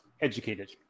educated